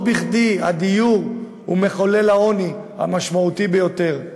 לא בכדי הדיור הוא מחולל העוני המשמעותי ביותר,